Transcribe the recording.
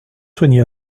soigné